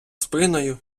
спиною